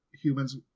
humans